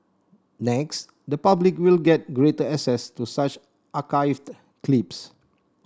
next the public will get greater access to such archived clips